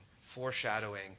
foreshadowing